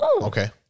Okay